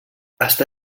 està